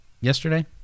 yesterday